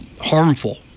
harmful